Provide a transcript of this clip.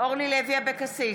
אבקסיס,